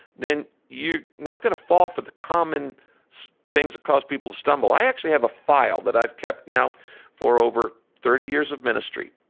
then you're not going to fall for the common things that cause people to stumble. i actually have a file that i've kept now for over thirty years of ministry,